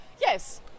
yes